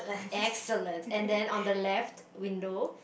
excellent and then on the left window